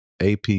AP